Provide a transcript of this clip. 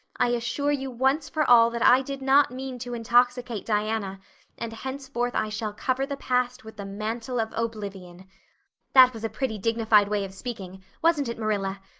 i assure you once for all that i did not mean to intoxicate diana and henceforth i shall cover the past with the mantle of oblivion that was a pretty dignified way of speaking wasn't it, marilla?